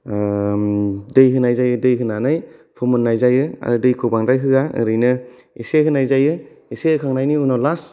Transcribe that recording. आह दै होनाय जायो दै होनानै फोमोननाय जायो आरो दैखौ बांद्राय होआ एरैनो एसे होनाय जायो एसे होखांनायनि उनाव लास्ट